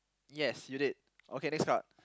yes you did okay next card